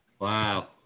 Wow